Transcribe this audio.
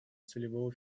целевого